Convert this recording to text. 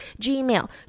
Gmail